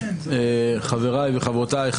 חבריי וחברותיי,